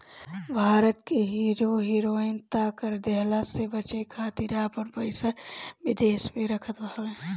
भारत के hero heroine त कर देहला से बचे खातिर आपन पइसा विदेश में रखत हवे